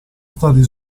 stati